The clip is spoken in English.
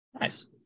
Nice